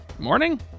Morning